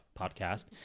podcast